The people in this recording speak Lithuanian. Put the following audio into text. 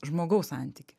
žmogaus santykį